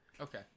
Okay